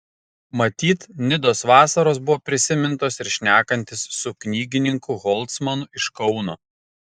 matyt nidos vasaros buvo prisimintos ir šnekantis su knygininku holcmanu iš kauno